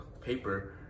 paper